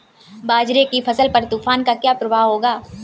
बाजरे की फसल पर तूफान का क्या प्रभाव होगा?